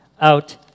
out